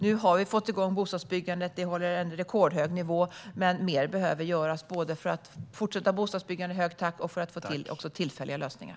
Nu har vi fått igång bostadsbyggandet - det håller en rekordhög nivå - men mer behöver göras för att både fortsätta med bostadsbyggandet i hög takt och få till stånd tillfälliga lösningar.